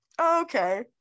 okay